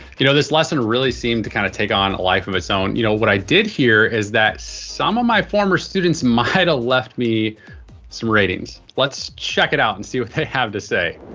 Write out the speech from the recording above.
you know, this lesson really seemed to kind of take on a life of its own. you know, what i did hear is that some of my former students might have left me some ratings. let's check it out and see what they have to say.